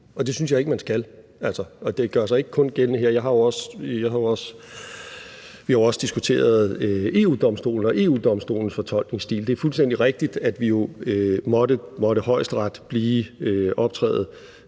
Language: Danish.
det synes jeg ikke man skal – og det gør sig ikke kun gældende her. Vi har jo også diskuteret EU-Domstolen og EU-Domstolens fortolkningsstil. Det er fuldstændig rigtigt, at hvis Højesteret optrådte